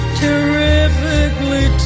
terrifically